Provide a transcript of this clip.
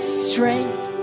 strength